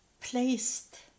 placed